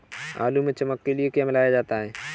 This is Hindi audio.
आलू में चमक के लिए क्या मिलाया जाता है?